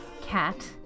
cat